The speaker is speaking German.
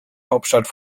hauptstadt